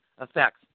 effects